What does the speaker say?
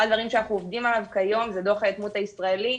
אחד הדברים שאנחנו עובדים עליו כיום זה דוח היתמות הישראלית,